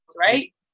right